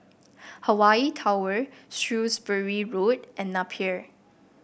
Hawaii Tower Shrewsbury Road and Napier